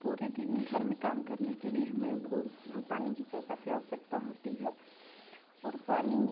पूरे दिन घर में काम करने के लिए हमें बहुत पानी की काफ़ी आवश्यकता होती है और पानी